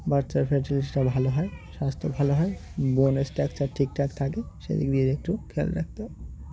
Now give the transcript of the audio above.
বাচ্চার ফার্টিলিটিটা ভালো হয় স্বাস্থ্য ভালো হয় বোনের স্ট্রাকচার ঠিকঠাক থাকে সেদিক দিয়ে একটু খেয়াল রাখতে হবে